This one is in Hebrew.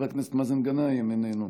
איננו,